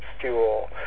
fuel